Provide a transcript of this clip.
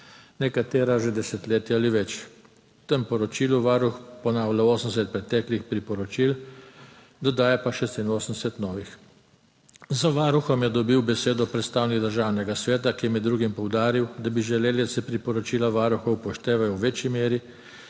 nekatera že desetletje ali več. V tem poročilu varuh najavlja 80 preteklih priporočil, dodaja pa 86 novih. Za varuhom je dobil besedo predstavnik Državnega sveta, ki je med drugim poudaril, da bi želeli, da se priporočila Varuha upoštevajo v večji meri